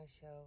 Show